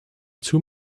too